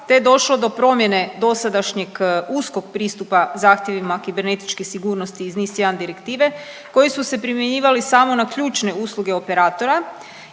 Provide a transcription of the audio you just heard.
je došlo do promjene dosadašnjeg uskog pristupa zahtjevima kibernetičke sigurnosti iz NIS1 Direktive koji su se primjenjivali samo na ključne usluge operatora